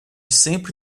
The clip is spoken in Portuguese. sempre